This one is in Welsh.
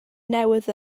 newydd